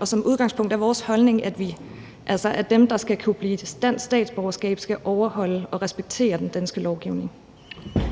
Og som udgangspunkt er vores holdning, at dem, der skal kunne blive danske statsborgere, skal overholde og respektere den danske lovgivning.